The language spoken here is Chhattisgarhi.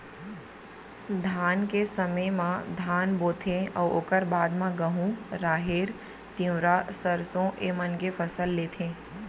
धान के समे म धान बोथें अउ ओकर बाद म गहूँ, राहेर, तिंवरा, सरसों ए मन के फसल लेथें